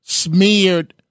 smeared